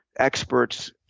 experts,